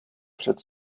před